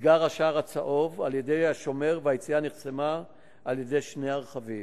נסגר השער הצהוב על-ידי השומר והיציאה נחסמה על-ידי שני רכבים.